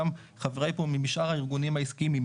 גם חבריי משאר הארגונים העסקיים.